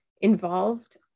involved